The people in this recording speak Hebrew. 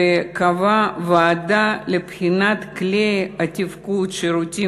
וקבע ועדה לבחינת כלי התפקוד לשירותים